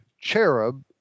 cherub